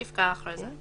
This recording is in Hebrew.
תפקע ההכרזה."